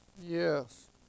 yes